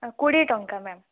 କୋଡ଼ିଏ ଟଙ୍କା ମ୍ୟାଡ଼ାମ୍